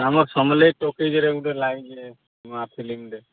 ଆମର ସମ୍ବଲେଇ ଟକିଜ୍ ଗୋଟେ ନୂଆ ଫିଲିମ୍ଟେ